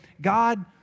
God